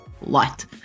light